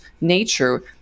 nature